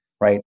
right